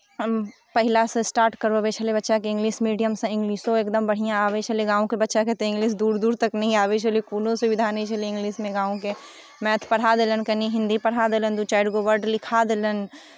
हम पहिलासँ स्टार्ट करवबैत छलै बच्चाके इंग्लिश मीडियमसँ इंग्लिशो एकदम बढ़िआँ आबैत छलै गामके बच्चाके तऽ इंग्लिश दूर दूर तक नहि आबैत छलै कोनो सुविधा नहि छलै इंग्लिशमे गामके मैथ पढ़ा देलनि कनि हिंदी पढ़ा देलनि दू चारि गो वर्ड लिखा देलनि